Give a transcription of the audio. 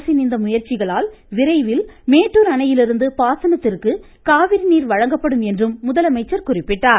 அரசின் இந்த முயற்சிகளால் விரைவில் மேட்டுர் அணையிலிருந்து பாசனத்திற்கு காவிரி நீர் வழங்கப்படும் என்றும் முதலமைச்சர் குறிப்பிட்டார்